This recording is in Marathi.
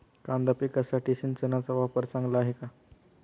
कांदा पिकासाठी सिंचनाचा वापर चांगला आहे का?